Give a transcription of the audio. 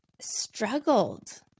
struggled